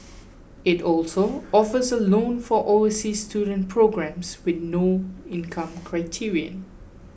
it also offers a loan for overseas children programmes with no income criterion